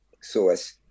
source